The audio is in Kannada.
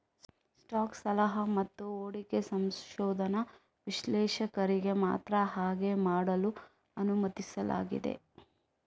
ಸ್ಟಾಕ್ ಸಲಹಾ ಮತ್ತು ಹೂಡಿಕೆ ಸಂಶೋಧನಾ ವಿಶ್ಲೇಷಕರಿಗೆ ಮಾತ್ರ ಹಾಗೆ ಮಾಡಲು ಅನುಮತಿಸಲಾಗಿದೆ